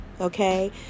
okay